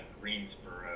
Greensboro